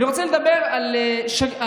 אני רוצה לדבר על השגרירות,